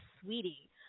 Sweetie